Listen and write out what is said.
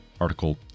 article